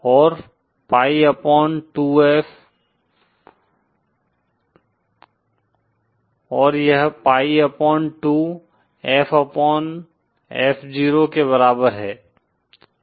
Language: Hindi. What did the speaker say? और यह pi upon 2 F upon F0 के बराबर है